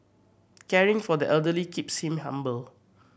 caring for the elderly keeps him humble